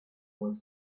was